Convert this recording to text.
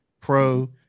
pro